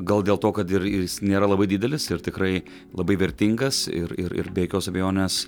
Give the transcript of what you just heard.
gal dėl to kad ir jis nėra labai didelis ir tikrai labai vertingas ir ir be jokios abejonės